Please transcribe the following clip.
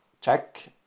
check